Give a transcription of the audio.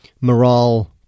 Morale